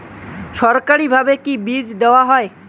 সরকারিভাবে কি বীজ দেওয়া হয়?